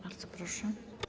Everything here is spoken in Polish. Bardzo proszę.